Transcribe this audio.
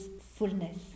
fullness